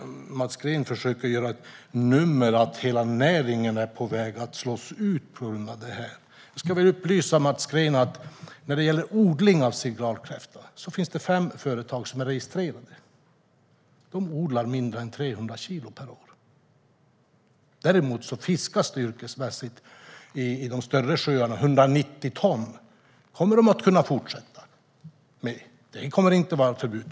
Mats Green försöker göra ett nummer av att hela näringen är på väg att slås ut. Jag ska upplysa Mats Green om att när det gäller odling av signalkräfta finns fem registrerade företag. De odlar mindre än 300 kilo per år. Däremot fiskas yrkesmässigt 190 ton i de större sjöarna. Kommer det att kunna fortsätta? Det kommer inte att vara ett förbud.